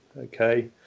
okay